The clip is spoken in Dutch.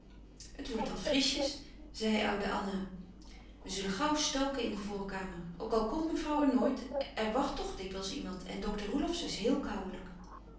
het wordt al frischjes zei oude anna we zullen gauw stoken in de voorkamer ook al komt mevrouw er nooit er wacht toch dikwijls iemand en dokter roelofsz is heel